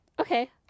Okay